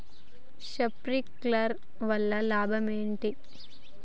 Sprinkler వల్ల లాభం ఏంటి?